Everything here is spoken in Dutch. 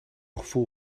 gevoel